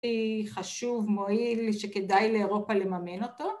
‫היא חשוב, מועיל, ‫שכדאי לאירופה לממן אותו.